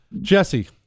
Jesse